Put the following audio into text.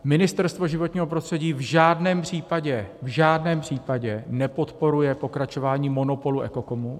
Ministerstvo životního prostředí v žádném případě, v žádném případě nepodporuje pokračování monopolu EKOKOMu.